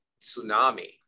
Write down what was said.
tsunami